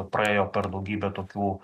praėjo per daugybę tokių